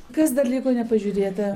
kas dar liko nepažiūrėta